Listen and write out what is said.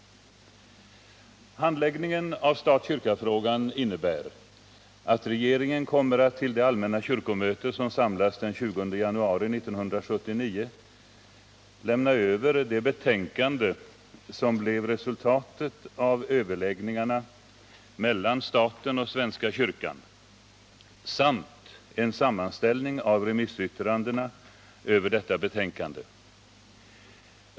Handläggningen av stat-kyrka-frågan innebär att regeringen kommer att till det allmänna kyrkomöte som samlas den 20 januari 1979 lämna över det betänkande som blev resultatet av överläggningarna mellan staten och svenska kyrkan samt en sammanställning av remissyttrandena över detta betänkande.